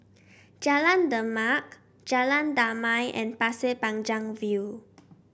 Jalan Demak Jalan Damai and Pasir Panjang View